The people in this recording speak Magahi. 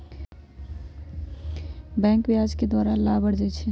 बैंके ब्याज के द्वारा लाभ अरजै छै